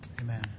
amen